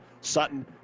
Sutton